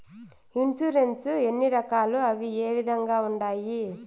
insurance ఎన్ని రకాలు అవి ఏ విధంగా ఉండాయి